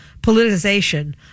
politicization